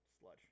Sludge